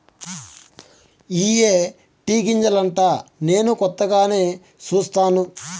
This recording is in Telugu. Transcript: ఇయ్యే టీ గింజలంటా నేను కొత్తగానే సుస్తాను